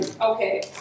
Okay